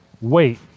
Wait